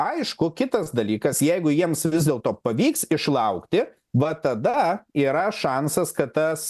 aišku kitas dalykas jeigu jiems vis dėlto pavyks išlaukti va tada yra šansas kad tas